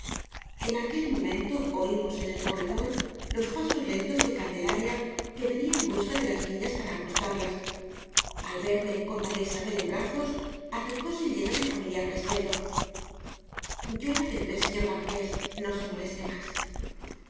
en aquel momento oimos en el corredor os pasos lentos de can delaria que venía en busca de las niñas para acostarlas al verme con maría isabel en vvbrazos acercóse llena de familiar respeto yo la tendré señor marqués no se mo leste más